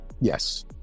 yes